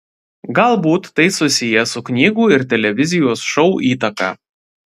galbūt tai susiję su knygų ir televizijos šou įtaka